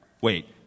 Wait